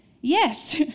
Yes